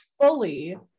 fully